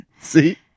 See